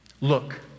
Look